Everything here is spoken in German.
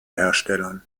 herstellern